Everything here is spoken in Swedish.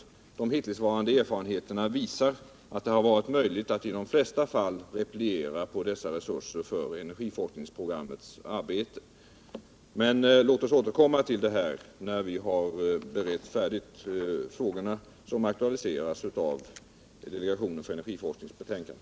De hittillsvarande erfarenheterna visar att det har varit möjligt att i de flesta fall repliera på dessa resurser för energiforskningsprogrammets arbete. Men låt oss återkomma till det här när vi har berett färdigt frågorna som aktualiseras i delegationens för energiforskning betänkande.